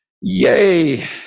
Yay